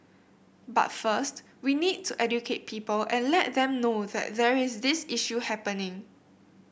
but first we need to educate people and let them know that there is this issue happening